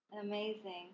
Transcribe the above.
amazing